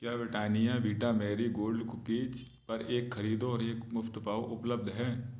क्या Britannia Vita Marie Gold cookies पर एक खरीदो और एक मुफ्त पाओ उपलब्ध है